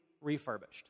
refurbished